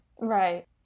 Right